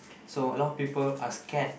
so a lot of people are scared